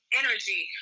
energy